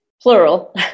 plural